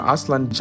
Aslan